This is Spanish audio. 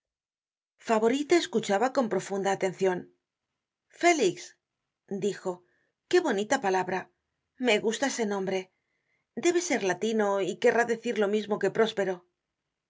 favorita escuchaba con profunda atencion félix dijo que bonita palabra me gusta ese nombre debe ser latino y querrá decir lo mismo que próspero